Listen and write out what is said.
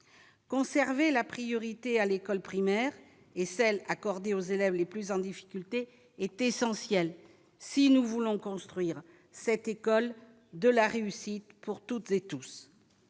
Conserver la priorité à l'école primaire et celle accordée aux élèves les plus en difficulté est essentiel si nous voulons construire cette école de la réussite pour toutes et tous